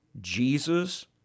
Jesus